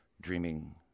dreaming